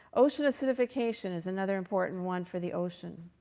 ocean acidification is another important one for the ocean.